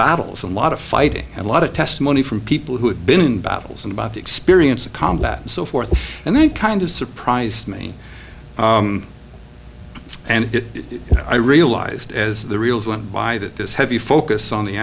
battles a lot of fighting and a lot of testimony from people who had been in battles and about the experience of combat and so forth and that kind of surprised me and i realized as the reels went by that this heavy focus on the